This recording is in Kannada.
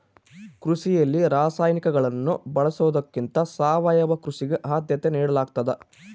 ಕೃಷಿಯಲ್ಲಿ ರಾಸಾಯನಿಕಗಳನ್ನು ಬಳಸೊದಕ್ಕಿಂತ ಸಾವಯವ ಕೃಷಿಗೆ ಆದ್ಯತೆ ನೇಡಲಾಗ್ತದ